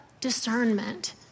discernment